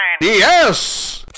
Yes